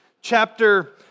chapter